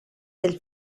del